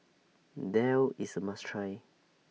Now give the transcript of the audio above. Daal IS A must Try